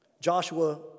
Joshua